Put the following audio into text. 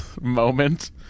moment